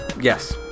Yes